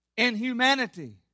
Inhumanity